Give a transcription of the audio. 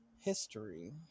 history